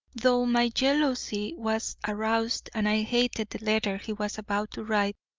though my jealousy was aroused and i hated the letter he was about to write,